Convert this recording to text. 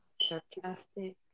Sarcastic